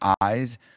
eyes